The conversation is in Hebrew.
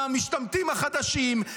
המשתמטים החדשים,